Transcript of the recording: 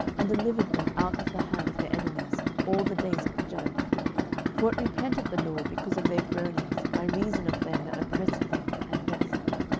and delivered them out of the hand of their enemies all the days of the judge for it repented the lord because of their groanings by reason of them that oppressed them and vexed them.